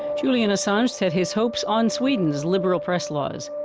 julian assange set his hopes on sweden's liberal press laws.